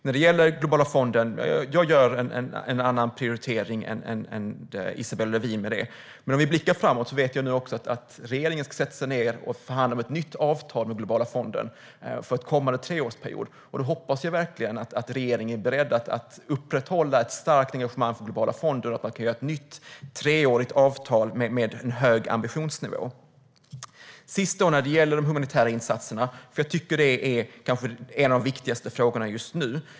När det gäller Globala fonden gör jag en annan prioritering än Isabella Lövin. Men om vi blickar framåt vet jag nu också att regeringen ska sätta sig ned och förhandla om ett nytt avtal med Globala fonden för en kommande treårsperiod. Jag hoppas verkligen att regeringen är beredd att upprätthålla ett starkt engagemang för Globala fonden och att man kan sluta ett nytt treårigt avtal med hög ambitionsnivå. Slutligen ska jag ta upp de humanitära insatserna, för jag tycker att det är en av de kanske viktigaste frågorna just nu.